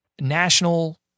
national